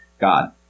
God